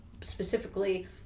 specifically